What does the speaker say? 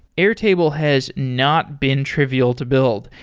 airtable has not been trivial to build.